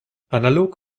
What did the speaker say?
analog